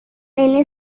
ini